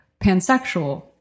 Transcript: pansexual